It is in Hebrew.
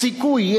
"סיכוי",